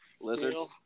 Lizards